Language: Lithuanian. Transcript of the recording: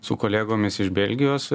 su kolegomis iš belgijos